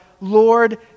Lord